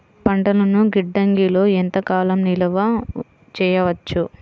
పంటలను గిడ్డంగిలలో ఎంత కాలం నిలవ చెయ్యవచ్చు?